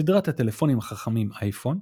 סדרת הטלפונים החכמים אייפון,